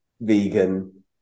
vegan